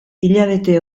hilabete